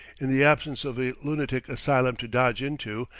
in the absence of a lunatic asylum to dodge into,